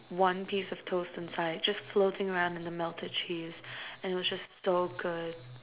one piece of toast inside just floating around in the melted cheese and it was just so good